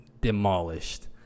demolished